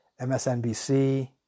MSNBC